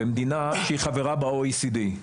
במדינה שהיא חברה ב-OECD.